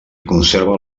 conserva